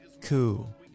Cool